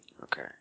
Okay